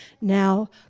now